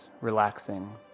relaxing